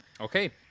Okay